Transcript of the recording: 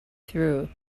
through